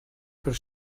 per